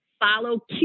follow